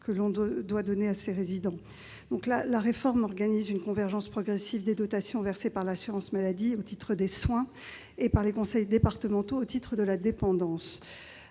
des soins à apporter aux résidants. La réforme organise une convergence progressive des dotations versées par l'assurance maladie au titre des soins et par les conseils départementaux au titre de la dépendance.